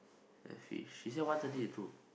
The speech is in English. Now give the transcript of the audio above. that bitch she said one thirty to two